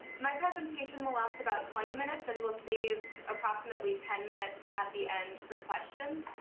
my presentation will last about twenty minutes, and we'll save approximately ten minutes at the end for questions.